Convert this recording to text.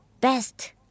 best